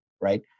Right